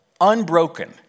unbroken